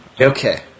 Okay